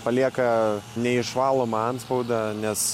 palieka neišvalomą antspaudą nes